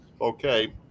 Okay